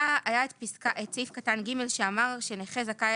היה את סעיף קטן (ג) שאמר שנכה זכאי